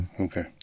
Okay